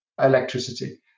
electricity